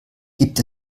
gibt